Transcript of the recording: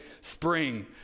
spring